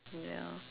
ya